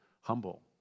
humble